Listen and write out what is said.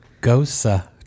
gosa